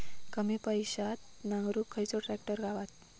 कमी पैशात नांगरुक खयचो ट्रॅक्टर गावात?